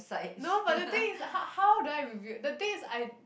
no but the thing is h~ how do I revealed the thing is I